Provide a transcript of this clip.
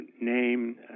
name